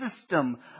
system